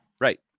Right